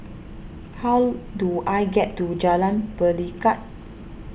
how do I get to Jalan Pelikat